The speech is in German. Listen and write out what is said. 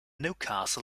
newcastle